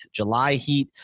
JULYHEAT